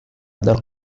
del